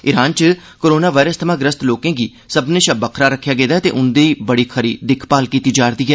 Iran च corona virus थमां ग्रस्त लोकें गी सब्मनें शा बक्खरा रक्खेआ गेदा ऐ ते उंदी बड़ी खरी चाल्ली दिक्खभाल कीती जा'रदी ऐ